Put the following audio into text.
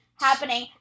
happening